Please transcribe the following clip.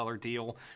deal